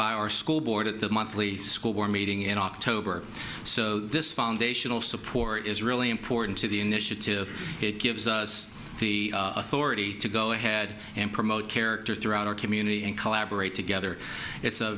by our school board at the monthly school board meeting in october so this foundational support is really important to the initiative it gives us the authority to go ahead and promote character throughout our community and collaborate together it's a